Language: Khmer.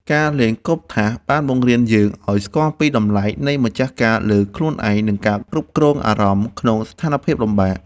ការលេងគប់ថាសបានបង្រៀនយើងឱ្យស្គាល់ពីតម្លៃនៃម្ចាស់ការលើខ្លួនឯង និងការគ្រប់គ្រងអារម្មណ៍ក្នុងស្ថានភាពលំបាក។